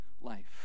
life